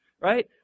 Right